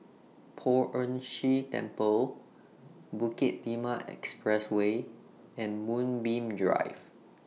Poh Ern Shih Temple Bukit Timah Expressway and Moonbeam Drive